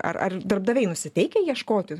ar ar darbdaviai nusiteikę ieškoti